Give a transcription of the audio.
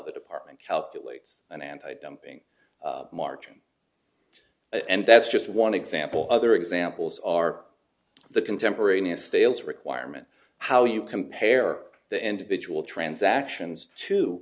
the department calculates an anti dumping margin and that's just one example other examples are the contemporaneous tales requirement how you compare the individual transactions to